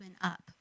up